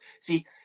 See